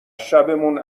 شبمون